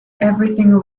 everything